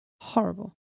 horrible